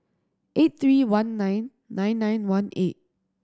eight three one nine nine nine one eight